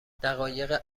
دقایق